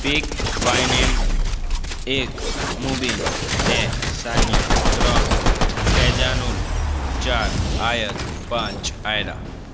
speak five name એક મુબીન બે સાનિયા ત્રણ ફૈજાનુલ ચાર આયત પાંચ આઈરા